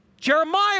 Jeremiah